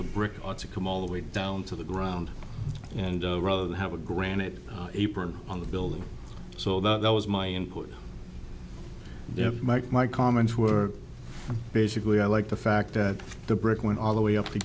the brick ought to come all the way down to the ground and rather than have a granite apron on the building so that was my input there mike my comments were basically i like the fact that the brick went all the way up to